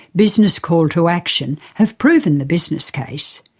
business call to action, have proven the business case.